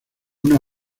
una